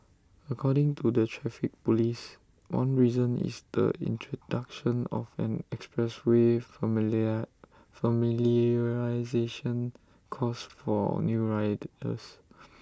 according to the traffic Police one reason is the introduction of an expressway familiar familiarisation course for new riders